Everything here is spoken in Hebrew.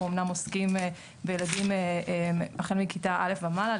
אמנם עוסקים בילדים החל מכיתה א ומעלה,